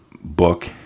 book